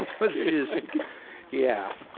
was just yeah.